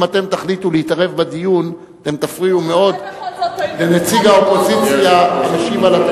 אם תחליטו להתערב בדיון תפריעו מאוד לנציג האופוזיציה להשיב.